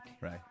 Right